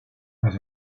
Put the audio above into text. las